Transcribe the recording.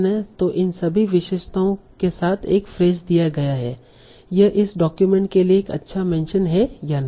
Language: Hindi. तों इन सभी विशेषताओं के साथ एक फ्रेस दिया गया है यह इस डॉक्यूमेंट के लिए एक अच्छा मेंशन है या नहीं